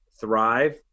thrive